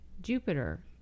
Jupiter